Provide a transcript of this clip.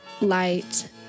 light